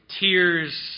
Tears